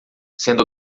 sendo